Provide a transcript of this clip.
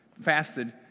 fasted